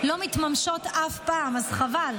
לא רצו את זה גם אז ולא רצו את זה גם היום,